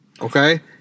Okay